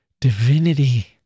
divinity